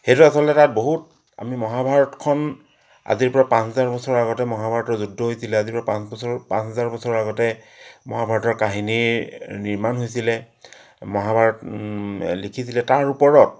সেইটো আচলতে তাত বহুত মহাভাৰতখন আজিৰ পৰা পাঁচ হাজাব বছৰ আগতে মহাভাৰতৰ যুদ্ধ হৈছিলে আজিৰ পৰা পাঁচ বছৰ পাঁচ হাজাৰ বছৰ আগতে মহাভাৰতৰ কাহিনীৰ নিৰ্মাণ হৈছিলে মহাভাৰত লিখিছিলে তাৰ ওপৰত